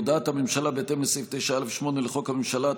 הודעת הממשלה בהתאם לסעיף 9(א)(8) לחוק הממשלה,